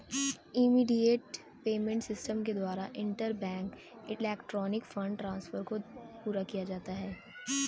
immediate payment system के द्वारा interbank electronic fund transfer को पूरा किया जाता है